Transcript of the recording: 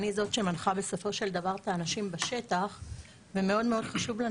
אני מנחה את האנשים בשטח חשוב לנו